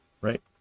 right